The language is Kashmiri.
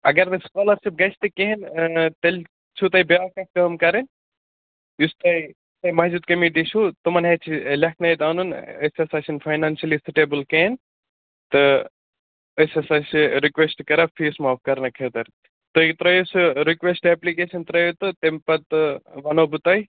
اگر نہٕ سُکالَرشِپ گژھِ تہٕ کِہیٖنۍ تیٚلہِ چھُ تۄہہِ بیٛاکھ اَکھ کٲم کَرٕنۍ یُس تۄہہِ تۄہہِ مسجِد کٔمیٹی چھُو تِمَن اتھ لیکھنٲیِتھ اَنُن أسۍ ہَسا چھِنہٕ فاینانشٔلی سٹیبٕل کِہیٖنۍ تہٕ أسۍ ہَسا چھِ رِکوٮ۪سٹ کَران فیٖس معاف کَرنہٕ خٲطرٕ تُہۍ ترٛٲیِو سُہ رِکوٮ۪سٹ اٮ۪پلِکیشَن ترٛٲیِو تہٕ تمہِ پَتہٕ وَنو بہٕ تۄہہِ